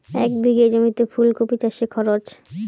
এক বিঘে জমিতে ফুলকপি চাষে খরচ?